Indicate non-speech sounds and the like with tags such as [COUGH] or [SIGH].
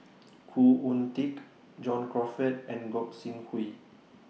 [NOISE] Khoo Oon Teik John Crawfurd and Gog Sing Hooi